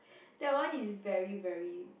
that one is very very